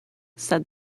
said